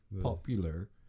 popular